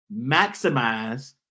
maximize